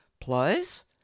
Plus